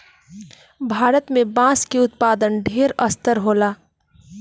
भारत में बांस के उत्पादन ढेर स्तर होला